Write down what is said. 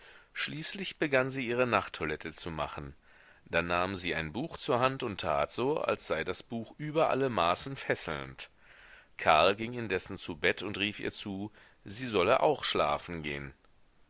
schließlich begann sie ihre nachttoilette zu machen dann nahm sie ein buch zur hand und tat so als sei das buch über alle maßen fesselnd karl ging indessen zu bett und rief ihr zu sie solle auch schlafen gehn